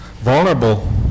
vulnerable